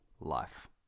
life